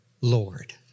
Lord